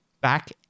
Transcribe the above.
back